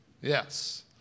Yes